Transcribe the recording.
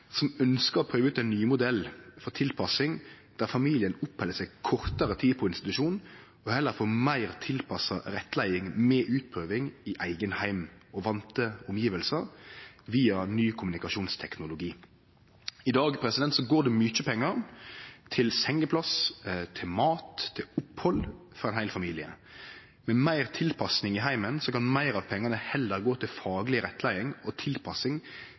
å prøve ut ein ny modell for tilpassing, der familien oppheld seg kortare tid på institusjon og heller får meir tilpassa rettleiing, med utprøving i eigen heim – i vande omgjevnader – via ny kommunikasjonsteknologi. I dag går det mykje pengar til sengeplass, mat og opphald for ein heil familie. Med meir tilpassing i heimen kan meir av pengane gå til fagleg rettleiing og tilpassing,